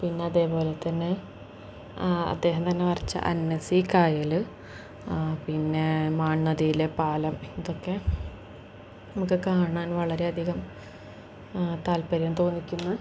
പിന്നെ അതേ പോലെ തന്നെ അദ്ദേഹം തന്നെ വരച്ച അന്നസി കായൽ പിന്നെ മണ്ണതിയിലെ പാലം ഇതൊക്കെ നമുക്ക് കാണാൻ വളരെയധികം താല്പര്യം തോന്നിക്കുന്ന